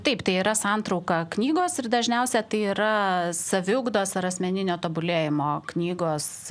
taip tai yra santrauka knygos ir dažniausia tai yra saviugdos ar asmeninio tobulėjimo knygos